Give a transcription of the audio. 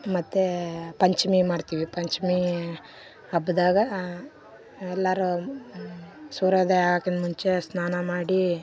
ಮತ್ತು ಪಂಚಮಿ ಮಾಡ್ತೀವಿ ಪಂಚಮಿ ಹಬ್ಬದಾಗ ಎಲ್ಲರೂ ಸೂರ್ಯೋದಯ ಆಗೋಕ್ಕಿಂತ ಮುಂಚೆ ಸ್ನಾನ ಮಾಡೀ